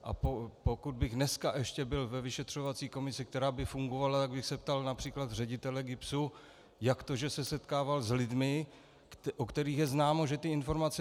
A pokud bych dneska ještě byl ve vyšetřovací komisi, která by fungovala, tak bych se ptal například ředitele GIBS, jak to, že se setkával s lidmi, o kterých je známo, že ty informace vynášeli.